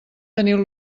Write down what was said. teniu